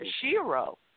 Shiro